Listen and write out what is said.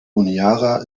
honiara